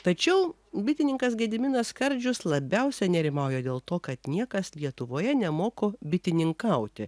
tačiau bitininkas gediminas skardžius labiausia nerimauja dėl to kad niekas lietuvoje nemoko bitininkauti